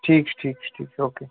ٹھیٖک چھُ ٹھیٖک چھُ ٹھیٖک اوکے